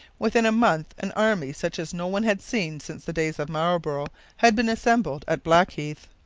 within a month an army such as no one had seen since the days of marlborough had been assembled at blackheath.